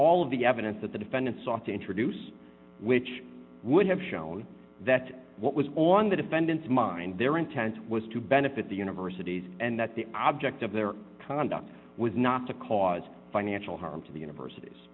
all of the evidence that the defendant sought to introduce which would have shown that what was on the defendant's mind their intent was to benefit the universities and that the object of their conduct was not to cause financial harm to the universities